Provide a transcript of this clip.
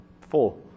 Four